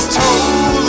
told